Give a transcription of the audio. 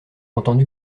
entendu